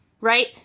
right